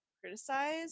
criticize